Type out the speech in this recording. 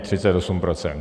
38 %.